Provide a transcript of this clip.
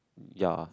ya